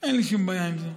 אין לי שום בעיה עם זה.